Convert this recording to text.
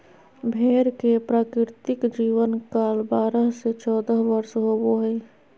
भेड़ के प्राकृतिक जीवन काल बारह से चौदह वर्ष होबो हइ